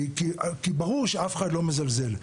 כי ברור שאף אחד לא מזלזל.